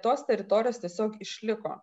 tos teritorijos tiesiog išliko